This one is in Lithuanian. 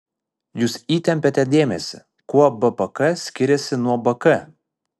jūs įtempiate dėmesį kuo bpk skiriasi nuo bk